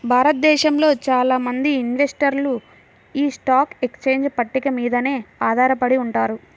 భారతదేశంలో చాలా మంది ఇన్వెస్టర్లు యీ స్టాక్ ఎక్స్చేంజ్ పట్టిక మీదనే ఆధారపడి ఉంటారు